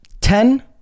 Ten